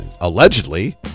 allegedly